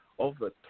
over